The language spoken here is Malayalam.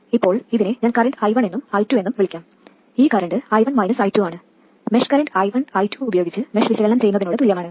ഇപ്പോൾ ഇതിനെ ഞാൻ കറൻറ് i1 എന്നും i2 എന്നും വിളിക്കാം ഈ കറൻറ് i1 -i2 ആണ് മെഷ് കറൻറ് i1 i2 ഉപയോഗിച്ച് മെഷ് വിശകലനം ചെയ്യുന്നതിനോട് തുല്യമാണ്